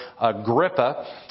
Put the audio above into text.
Agrippa